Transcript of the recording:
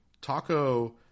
Taco